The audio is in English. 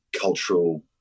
cultural